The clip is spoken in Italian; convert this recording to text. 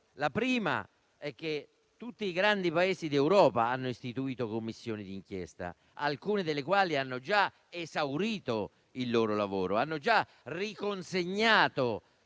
La prima è che tutti i grandi Paesi d'Europa hanno istituito Commissioni di inchiesta, alcune delle quali hanno già esaurito il loro lavoro e riconsegnato